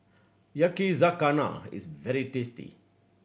yakizakana is very tasty